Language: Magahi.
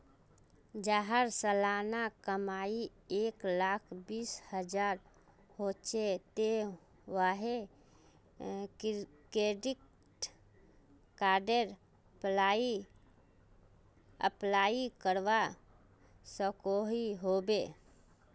जहार सालाना कमाई एक लाख बीस हजार होचे ते वाहें क्रेडिट कार्डेर अप्लाई करवा सकोहो होबे?